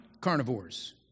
carnivores